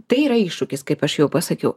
tai yra iššūkis kaip aš jau pasakiau